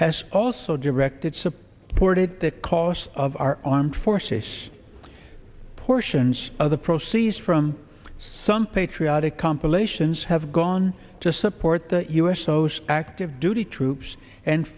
has also directed supported the cost of our armed forces portions of the proceeds from some patriotic compilations have gone to support the u s o so active duty troops and